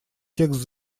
текст